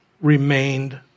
remained